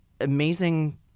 amazing